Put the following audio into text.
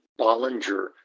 Bollinger